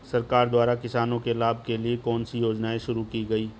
सरकार द्वारा किसानों के लाभ के लिए कौन सी योजनाएँ शुरू की गईं?